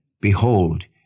Behold